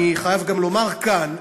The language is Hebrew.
אני חייב גם לומר כאן,